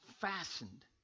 fastened